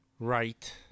Right